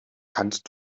kannst